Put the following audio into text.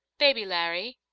baby larry.